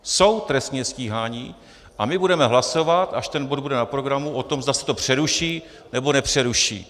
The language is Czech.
Jsou trestně stíháni a my budeme hlasovat, až ten bod bude na programu, o tom, zda se to přeruší, nebo nepřeruší.